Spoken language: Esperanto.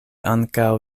ankaŭ